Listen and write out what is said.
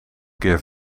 keer